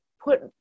put